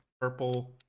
purple